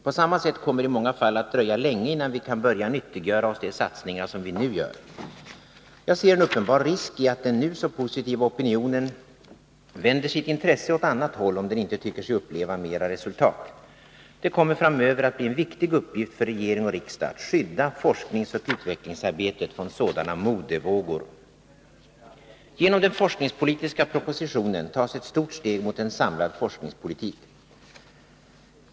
På samma sätt kommer det i många fall att dröja länge, innan vi kan börja nyttiggöra oss de satsningar som vi nu gör. Jag ser en uppenbar risk i att den nu så positiva opinionen vänder sitt intresse åt annat håll, om den inte tycker sig uppleva mera resultat. Det kommer framöver att bli en viktig uppgift för regering och riksdag att skydda forskningsoch utvecklingsarbetet från sådana modevågor. Genom den forskningspolitiska propositionen tas ett stort steg mot en samlad forskningspolitik.